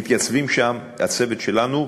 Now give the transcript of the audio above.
מתייצב שם הצוות שלנו,